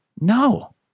no